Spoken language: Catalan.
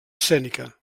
escènica